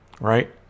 right